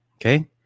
Okay